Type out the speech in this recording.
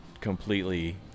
completely